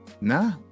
Nah